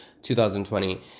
2020